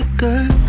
good